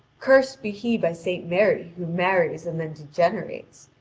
cursed be he by saint mary who marries and then degenerates!